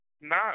No